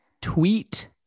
tweet